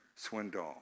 Swindoll